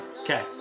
Okay